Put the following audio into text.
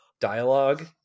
dialogue